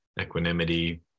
equanimity